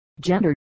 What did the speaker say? gender